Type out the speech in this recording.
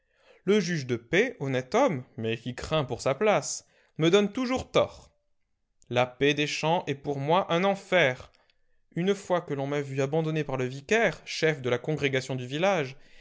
le juge de paix honnête homme mais qui craint pour sa place me donne toujours tort la paix des champs est pour moi un enfer une fois que l'on m'a vu abandonné par le vicaire chef de la congrégation du village